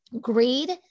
greed